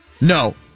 No